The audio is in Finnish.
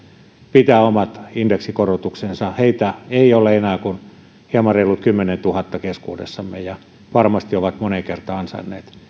pitää omat indeksikorotuksensa heitä ei ole enää kuin hieman reilut kymmenentuhatta keskuudessamme ja varmasti ovat moneen kertaan ansainneet